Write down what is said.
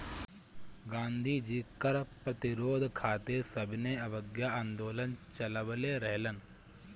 गांधी जी कर प्रतिरोध खातिर सविनय अवज्ञा आन्दोलन चालवले रहलन